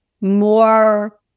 more